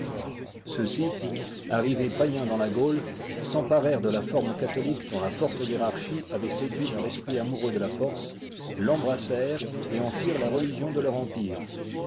ceux-ci arrivés païens dans la gaule s'emparèrent de la forme catholique dont la forte hiérarchie avait séduit leur esprit amoureux de la force l'embrassèrent et en firent la religion de leur empire